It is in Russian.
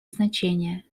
значения